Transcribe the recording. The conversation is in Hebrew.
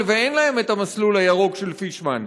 ואין להם את המסלול הירוק של פישמן.